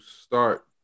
start